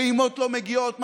פעימות לא מגיעות,